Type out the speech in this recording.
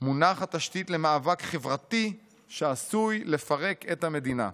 מונחת התשתית למאבק חברתי שעשוי לפרק את המדינה.